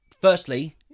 firstly